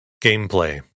Gameplay